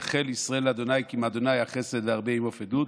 יחל ישראל אל ה' כי עם ה' החסד והרבה עמו פדות.